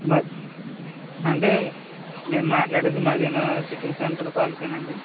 మద్ అంటే నేను మాట్లాడేది మదీనా చికెన్ సెంటర్ తాళూకా ఏనా అండి